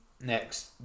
Next